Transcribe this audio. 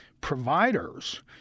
providers